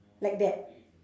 like that